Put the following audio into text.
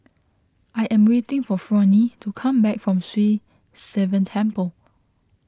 I am waiting for Fronnie to come back from Sri Sivan Temple